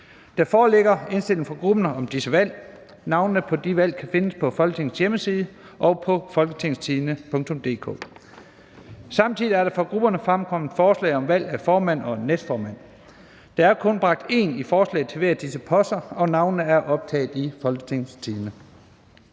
Der foreligger indstilling fra grupperne om disse valg. Navnene på de valgte kan findes på Folketingets hjemmeside og på www.folketingstidende.dk (jf. nedenfor). Samtidig er der fra grupperne fremkommet forslag om valg af formand og næstformand. Der er kun bragt én i forslag til hver af disse poster, og navnene er optaget i Folketingstidende.